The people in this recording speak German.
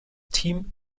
team